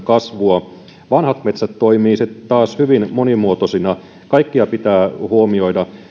kasvua vanhat metsät toimivat taas hyvin monimuotoisina kaikkia pitää huomioida